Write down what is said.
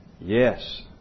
Yes